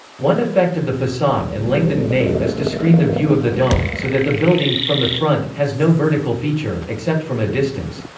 one effect of the facade and lengthened nave is to screen the view of the dome, so that the building, from the front, has no vertical feature, except from a distance.